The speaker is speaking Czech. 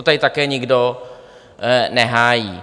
To tady také nikdo nehájí.